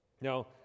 Now